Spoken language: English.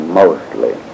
mostly